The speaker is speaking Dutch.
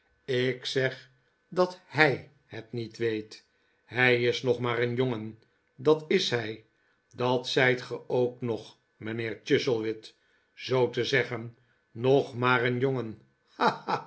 ik zeg dat h ij het niet weet hij is nog maar een jongen dat is hij dat zijt ge ook nog mijnheer chuzzlewit zoo te zeggen nog maar een jongen